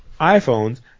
iPhones